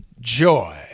joy